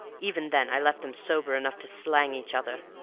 even then i left them sober enough to slang each other.